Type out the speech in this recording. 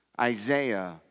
Isaiah